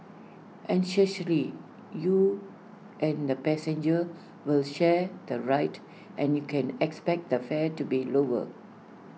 essentially you and the passenger will share the ride and you can expect the fare to be lower